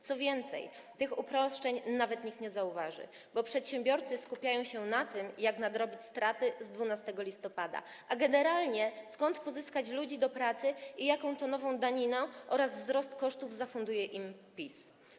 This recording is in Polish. Co więcej, tych uproszczeń nawet nikt nie zauważy, bo przedsiębiorcy skupiają się na tym, jak nadrobić przewidywane straty z 12 listopada, a generalnie - skąd pozyskać ludzi do pracy i jaką tę nową daninę oraz wzrost kosztów zafunduje im PiS.